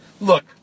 Look